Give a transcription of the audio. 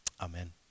Amen